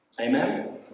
amen